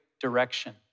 direction